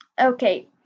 Okay